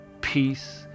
peace